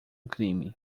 crime